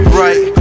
right